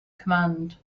command